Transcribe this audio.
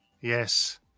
yes